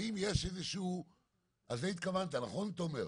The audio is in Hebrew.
לזה התכוונת, נכון תומר?